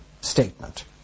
statement